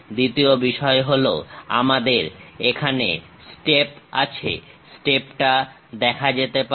দ্বিতীয় বিষয় হলো আমাদের একটা স্টেপ আছে স্টেপটা দেখা যেতে পারে